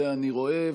את זה אני רואה,